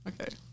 Okay